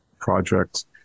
projects